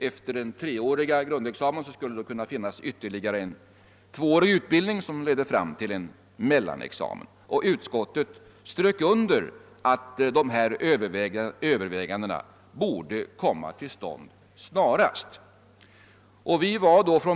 Efter den treåriga grundexamen skulle det alltså finnas en tvåårig utbildning som förde fram till en mellanexamen. Utskottet underströk också att dessa överväganden borde göras snarast.